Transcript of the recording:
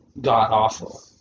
god-awful